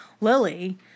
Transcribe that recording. Lily